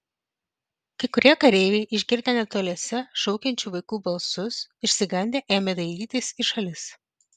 kai kurie kareiviai išgirdę netoliese šaukiančių vaikų balsus išsigandę ėmė dairytis į šalis